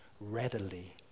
readily